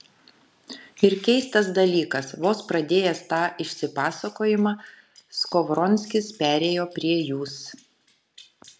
ir keistas dalykas vos pradėjęs tą išsipasakojimą skovronskis perėjo prie jūs